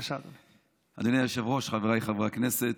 אדוני היושב-ראש, חבריי חברי הכנסת,